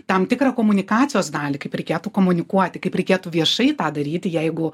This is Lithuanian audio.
tam tikrą komunikacijos dalį kaip reikėtų komunikuoti kaip reikėtų viešai tą daryti jeigu